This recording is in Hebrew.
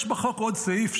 יש בחוק עוד סעיף,